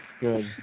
Good